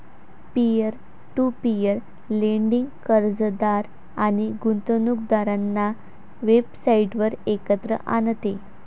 peer to peer lending कर्जदार आणि गुंतवणूकदारांना वेबसाइटवर एकत्र आणते